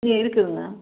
இல்லை இருக்குதுங்க